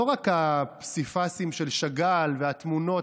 לא רק הפסיפסים של שאגאל והתמונות,